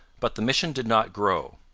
but the mission did not grow.